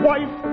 Wife